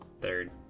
third